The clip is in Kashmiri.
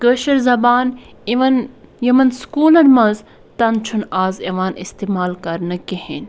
کٲشٕر زَبان اِوِن یِمَن سُکولَن مَنٛز تَن چھُنہٕ آز یِوان اِستعمال کَرنہٕ کِہیٖنۍ